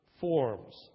forms